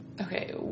okay